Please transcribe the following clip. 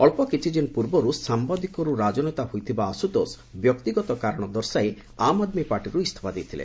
ଅକ୍ଷ କିଛି ଦିନ ପୂର୍ବରୁ ସାମ୍ବାଦିକରୁ ରାଜନେତା ହୋଇଥିବା ଆଶୁତୋଷ ବ୍ୟକ୍ତିଗତ କାରଣ ଦର୍ଶାଇ ଆମ୍ ଆଦ୍ମୀ ପାର୍ଟିରୁ ଇସ୍ତଫା ଦେଇଥିଲେ